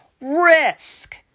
risk